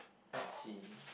let's see